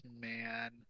man